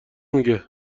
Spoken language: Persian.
میگه